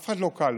לאף אחד לא קל.